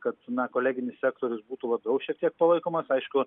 kad na koleginis sektorius būtų labiau šiek tiek palaikomas aišku